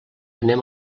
anem